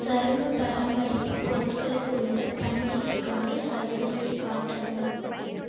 சருமம் பராமரிப்பு பொருட்களுக்கு உள்ள பண்டிகைக்காலம் சலுகையை காட்டவும்